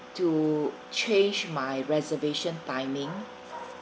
to change my reservation timing